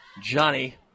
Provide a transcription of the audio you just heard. Johnny